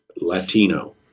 Latino